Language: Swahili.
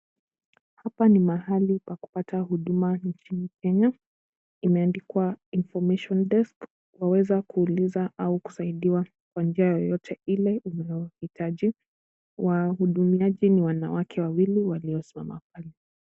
Hapa ni mahali pa kupata huduma nchini Kenya. Imeandikwa information desk. Waweza kuuliza au kusaidiwa kwa njia yoyote ile unayohitaji. Wahudumiaji ni wanawake wawili waliosimama pale.